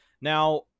now